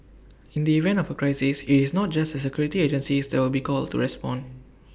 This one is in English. in the event of A crisis IT is not just the security agencies that will be called to respond